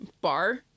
bar